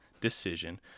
decision